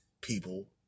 people